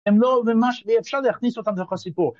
‫הם לא ממש... ‫ואפשר להכניס אותם דרך הסיפור.